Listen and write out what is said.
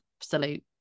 absolute